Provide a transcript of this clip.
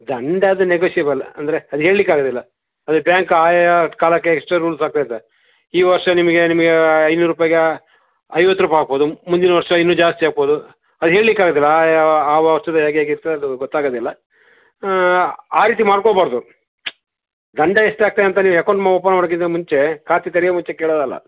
ದಂಡ ಅದು ನೆಗೋಶಿಯೇಬಲ್ ಅಂದರೆ ಅದು ಹೇಳಲಿಕ್ಕಾಗದಿಲ್ಲ ಅದೆ ಬ್ಯಾಂಕ್ ಆಯಾ ಕಾಲಕ್ಕೆಇಷ್ಟು ರೂಲ್ಸ್ ಅಂತ ಇರ್ತದೆ ಈ ವರ್ಷ ನಿಮಗೆ ನಿಮಗೆ ಐನೂರು ರೂಪಾಯಿಗೆ ಐವತ್ತು ರೂಪಾಯಿ ಹಾಕ್ಬೋದು ಮುಂದಿನ ವರ್ಷ ಇನ್ನು ಜಾಸ್ತಿ ಹಾಕ್ಬೋದು ಅದು ಹೇಳಲಿಕ್ಕಾಗದಿಲ್ಲ ಆಯಾ ಆ ವರ್ಷದ್ದು ಹೇಗೇಗೆ ಇರ್ತದೆ ಅದು ಗೊತ್ತಾಗೋದಿಲ್ಲ ಆ ರೀತಿ ಮಾಡ್ಕೊಬಾರದು ದಂಡ ಎಷ್ಟು ಹಾಕ್ತಾರಂತ ನೀವು ಅಕೌಂಟ್ ಓಪನ್ ಮಾಡೋಕ್ಕಿಂತ ಮುಂಚೆ ಖಾತೆ ತೆರೆಯೊ ಮುಂಚೆ ಕೇಳೋದಲ್ಲ